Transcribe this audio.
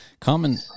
Common